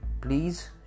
please